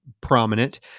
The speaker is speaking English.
prominent